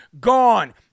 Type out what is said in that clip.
gone